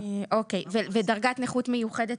ודרגת נכות מיוחדת,